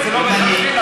וזה לא מחלחל לציבור.